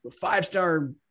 five-star